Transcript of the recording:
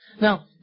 Now